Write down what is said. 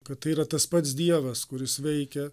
kad tai yra tas pats dievas kuris veikia